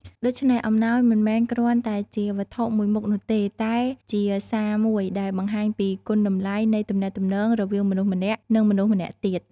ដូច្នេះ អំណោយមិនមែនគ្រាន់តែជាវត្ថុមួយមុខនោះទេ តែជាសារមួយដែលបង្ហាញពីគុណតម្លៃនៃទំនាក់ទំនងរវាងមនុស្សម្នាក់ និងមនុស្សម្នាក់ទៀត។